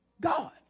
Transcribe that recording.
God